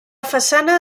façana